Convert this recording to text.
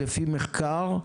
לפי מחקר,